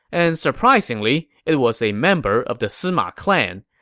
and surprisingly, it was a member of the sima clan.